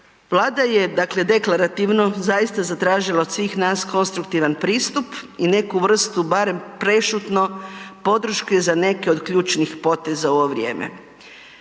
Vlada je deklarativno zaista zatražila od svih nas konstruktivan pristup i neku vrstu barem prešutno podrške za neke od ključnih poteza u ovo vrijeme.